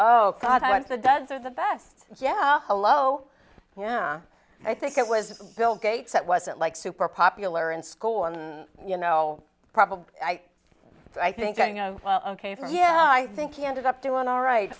the does are the best yeah hello yeah i think it was bill gates that wasn't like super popular in school and you know probably i think ok for yeah i think you ended up doing all right